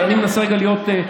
אני מנסה רגע להיות,